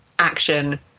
action